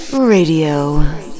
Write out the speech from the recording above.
Radio